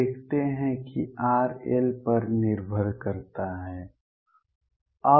तो आप देखते हैं कि r l पर निर्भर करता है